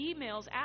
emails